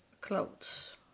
clothes